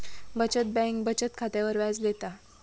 बचत बँक बचत खात्यावर व्याज देता